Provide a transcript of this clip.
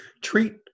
treat